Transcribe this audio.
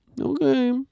okay